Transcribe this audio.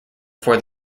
before